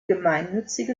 gemeinnützige